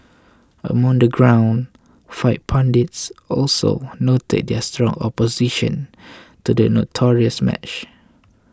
among the ground fight pundits also noted their strong opposition to the notorious match